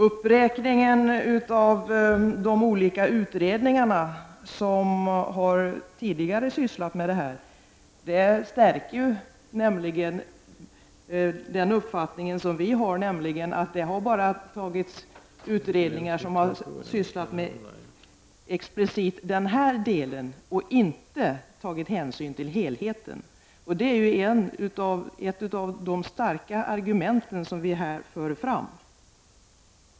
Uppräkningen av de olika utredningar som tidigare har sysslat med den här frågan stärker den uppfattning som vi i centerpartiet har, nämligen att man bara har sett till de utredningar som har sysslat explicit med den här delen och att man inte har tagit hänsyn till helheten. Det är ett av de starka argument som vi här för fram.